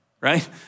Right